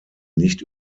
nicht